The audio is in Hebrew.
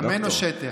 תּמֵנוֹ שֵׁטֵה.